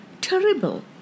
terrible